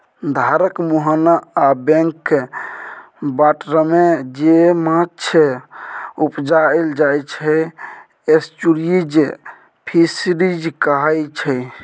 धारक मुहाना आ बैक बाटरमे जे माछ उपजाएल जाइ छै एस्च्युरीज फिशरीज कहाइ छै